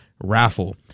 raffle